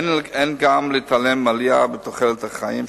אין גם להתעלם מהעלייה בתוחלת החיים,